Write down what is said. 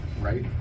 right